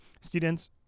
Students